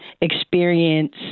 experience